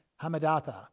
Hamadatha